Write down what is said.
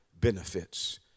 benefits